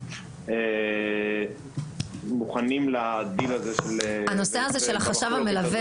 אם הם מוכנים לדין הזה של --- הנושא של חשב מלווה